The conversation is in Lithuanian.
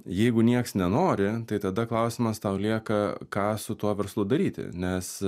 jeigu nieks nenori tai tada klausimas tau lieka ką su tuo verslu daryti nes